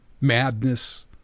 madness